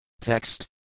Text